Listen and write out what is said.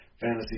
fantasy